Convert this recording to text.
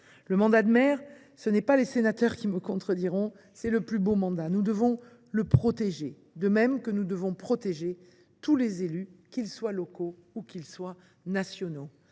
Le mandat de maire – ce ne sont pas les sénateurs qui me contrediront – est le plus beau mandat. Nous devons le protéger, de même que nous devons protéger tous les élus, qu’ils soient locaux ou nationaux.